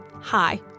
hi